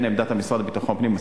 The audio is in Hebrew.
בין עמדת המשרד לביטחון פנים,